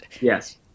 Yes